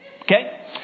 Okay